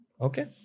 Okay